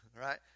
right